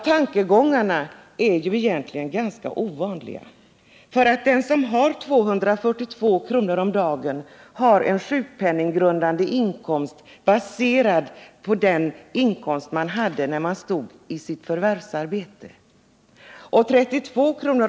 Tankegången är egentligen ganska ovanlig. Den som får 242 kr. om dagen har en sjukpenninggrundande inkomst baserad på den inkomst han hade i förvärvsarbetet. Och garantibeloppet 32 kr.